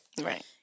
Right